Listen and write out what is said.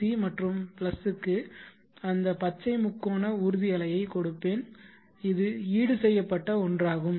C மற்றும் பிளஸுக்கு அந்த பச்சை முக்கோண ஊர்தி அலையை கொடுப்பேன் இது ஈடுசெய்யப்பட்ட ஒன்றாகும்